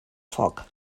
foc